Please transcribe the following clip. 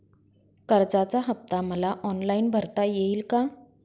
कर्जाचा हफ्ता मला ऑनलाईन भरता येईल का?